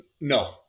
No